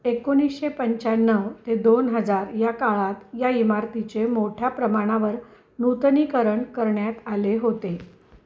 एकोणीसशे पंच्याण्णव ते दोन हजार या काळात या इमारतीचे मोठ्या प्रमाणावर नूतनीकरण करण्यात आले होते